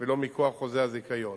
ולא מכוח חוזה הזיכיון.